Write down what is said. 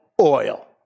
oil